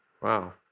Wow